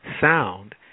sound